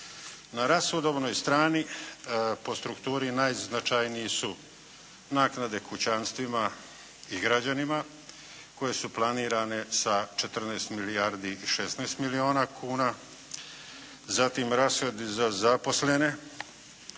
Na rashodovnoj strani po strukturi najznačajnije su naknade kućanstvima i građanima koje su planirane sa 14 milijardi i 16 milijuna kuna. Zatim rashodi za zaposlene.